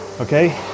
okay